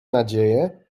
nadzieję